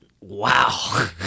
Wow